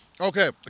Okay